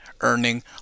earning